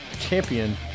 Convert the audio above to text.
Champion